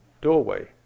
doorway